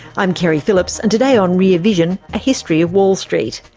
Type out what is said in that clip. i'm keri phillips and today on rear vision, a history of wall street.